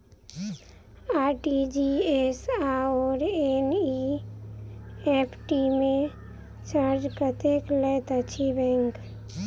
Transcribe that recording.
RTGS आओर NEFT मे charge कतेक लैत अछि बैंक?